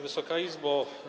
Wysoka Izbo!